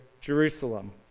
Jerusalem